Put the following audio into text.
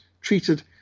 treated